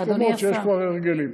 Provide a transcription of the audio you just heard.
יש מקומות שיש כבר הרגלים.